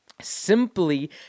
simply